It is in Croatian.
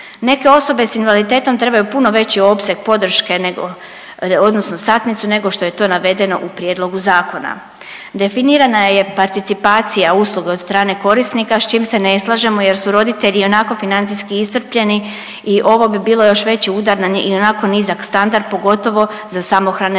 Neke osobe sa invaliditetom trebaju puno veći opseg podrške nego odnosno satnicu nego što je to navedeno u prijedlogu zakona. Definirana je participacija usluge od strane korisnika a s čim se ne slažemo, jer su roditelji ionako financijski iscrpljeni i ovo bi bilo još veći udar na ionako nizak standard pogotovo za samohrane roditelja.